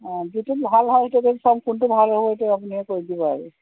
অঁ যিটো ভাল হয় সেইটো কৰি চাম কোনটো ভাল হ'ব সেইটো আপুনি কৈ দিব আৰু